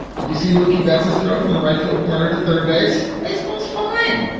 did you see mookie betts, this throw from the right field corner to third base? baseball's fun.